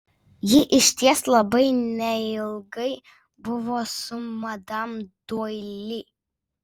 ji išties labai neilgai buvo su madam doili